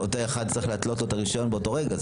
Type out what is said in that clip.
אותו אחד צריך להתלות לו את הרישיון באותו רגע.